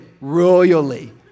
royally